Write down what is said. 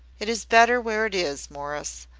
it is better where it is, morris,